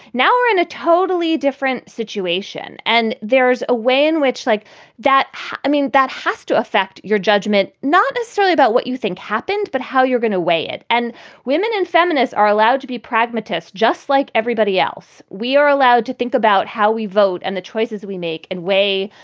now, we're in a totally different situation. and there's a way in which like that i mean, that has to affect your judgment, not necessarily about what you think happened, but how you're going to weigh it. and women and feminists are allowed to be pragmatists just like everybody else. we are allowed to think about how we vote and the choices we make and weigh.